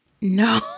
No